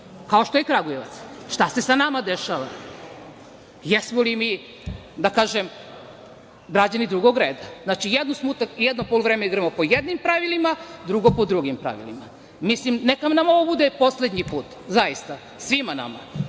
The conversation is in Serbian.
kao što je Kragujevac? Šta se sa nama dešava? Jesmo li mi, da kažem, građani drugog reda? Znači, jedno poluvreme igramo po jednim pravilima, drugo po drugim pravilima. Mislim, neka nam ovo bude poslednji put zaista svima nama.